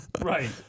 Right